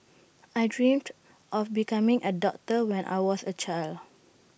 I dreamt of becoming A doctor when I was A child